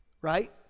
Right